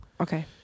Okay